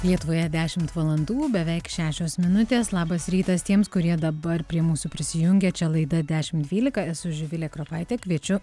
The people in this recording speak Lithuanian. lietuvoje dešimt valandų beveik šešios minutės labas rytas tiems kurie dabar prie mūsų prisijungė čia laida dešim dvylika esu živilė kropaitė kviečiu